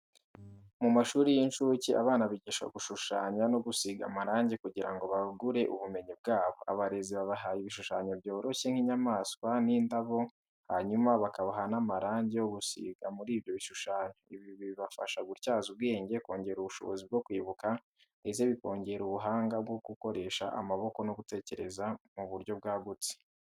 Mu mashuri y'inshuke, abana bigishwa gushushanya no gusiga amarangi kugira ngo bagure ubumenyi bwabo. Abarezi babaha ibishushanyo byoroshye nk'inyamaswa n'indabo hanyuma bakabaha n'amarangi yo gusiga muri ibyo bishushanyo. Ibi bibafasha gutyaza ubwenge, kongera ubushobozi bwo kwibuka, ndetse bikongera ubuhanga bwo gukoresha amaboko no gutekereza mu buryo bwagutse.